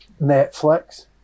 Netflix